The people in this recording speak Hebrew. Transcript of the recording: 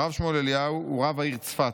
הרב שמואל אליהו הוא רב העיר צפת,